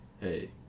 hey